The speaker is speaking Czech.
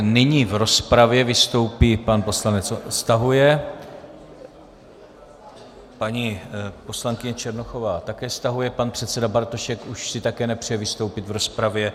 Nyní v rozpravě vystoupí... pan poslanec stahuje, paní poslankyně Černochová také stahuje, pan předseda Bartošek už si také nepřeje vystoupit v rozpravě.